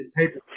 paper